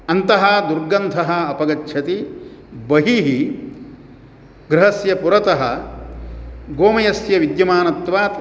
अन्तः दुर्गन्धः अपगच्छति बहिः गृहस्य पुरतः गोमयस्य विद्यमानत्वात्